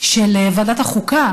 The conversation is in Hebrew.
של ועדת החוקה